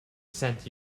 sent